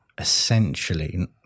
essentially